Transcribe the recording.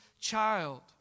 child